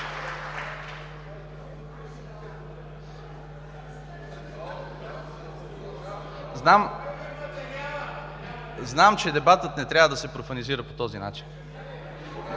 Знам, че дебатът не трябва да се профанизира по този начин,